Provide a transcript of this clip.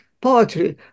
poetry